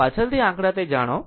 પાછળથી આંકડા તે જાણશે